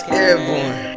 airborne